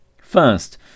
First